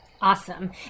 Awesome